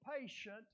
patient